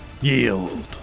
Yield